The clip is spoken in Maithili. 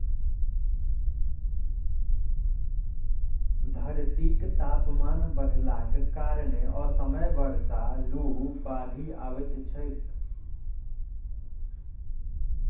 धरतीक तापमान बढ़लाक कारणें असमय बर्षा, लू, बाढ़ि अबैत छैक